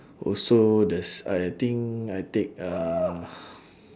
also the s~ I think I take uh